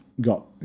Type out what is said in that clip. got